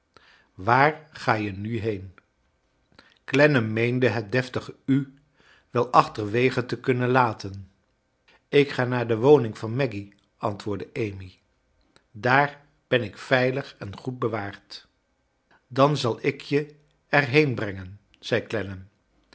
waar ga je nu heen clennam meende het deftige u wel achterwege te kunnen laten ik ga naar de woning van maggy antwoordde amy daar ben ik veilig en goed bewaard dan zal ik je er heen brengen zei